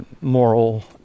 moral